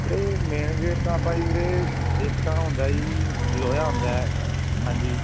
ਵੀਰੇ main gate ਤਾਂ ਆਪਾਂ ਜੀ ਵੀਰੇ ਇੱਕ ਤਾਂ ਉਹ ਹੁੰਦਾ ਜੀ ਲੋਇਆ ਹੁੰਦਾ ਹਾਂਜੀ